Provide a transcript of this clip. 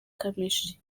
kamichi